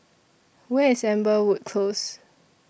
Where IS Amberwood Close